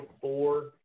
four